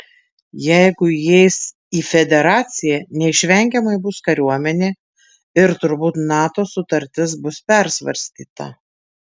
jeigu įeis į federaciją neišvengiamai bus kariuomenė ir turbūt nato sutartis bus persvarstyta